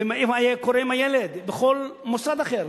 ומה קורה עם הילד בכל מוסד אחר.